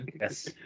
Yes